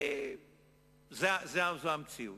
זאת המציאות,